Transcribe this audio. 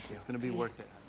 it's gonna be worth it.